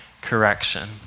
correction